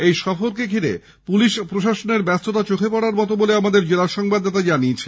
এই সফরকে ঘিরে পুলিশ প্রশাসনের ব্যস্ততা চোখে পড়ার মত বলে আমাদের জেলা সংবাদদাতা জানিয়েছেন